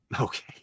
Okay